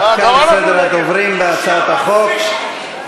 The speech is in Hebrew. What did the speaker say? עד כאן סדר הדוברים בהצעת החוק.